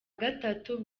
gatatu